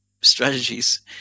strategies